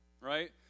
right